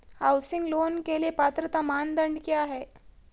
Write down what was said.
Housing loan के लिए पात्रता मानदंड क्या हैं?